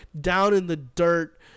down-in-the-dirt